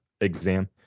exam